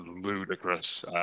ludicrous